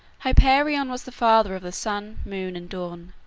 hyperion was the father of the sun, moon, and dawn.